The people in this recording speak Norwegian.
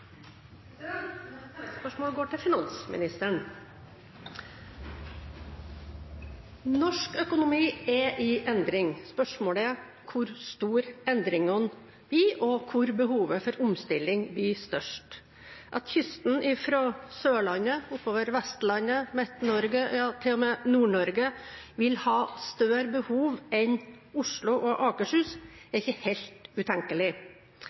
Mitt oppfølgingsspørsmål går til finansministeren. Norsk økonomi er i endring. Spørsmålet er hvor store endringene blir, og hvor behovet for omstilling blir størst. At kysten fra Sørlandet oppover til Vestlandet, Midt-Norge, ja til og med Nord-Norge, vil ha større behov enn Oslo og Akershus, er ikke helt utenkelig.